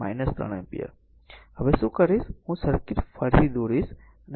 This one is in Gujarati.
તેથી હું શું કરીશ હું સર્કિટ ફરીથી દોરીશ